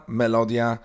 melodia